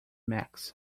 max